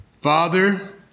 Father